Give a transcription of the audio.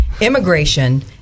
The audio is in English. immigration